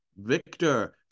Victor